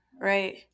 right